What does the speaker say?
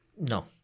No